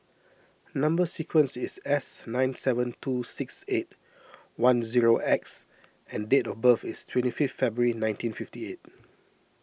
Number Sequence is S nine seven two six eight one zero X and date of birth is twenty fifth February nineteen fifty eight